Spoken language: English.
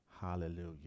Hallelujah